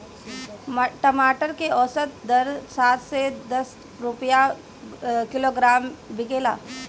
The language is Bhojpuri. टमाटर के औसत दर सात से दस रुपया किलोग्राम बिकला?